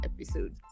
episode